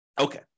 Okay